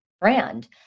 brand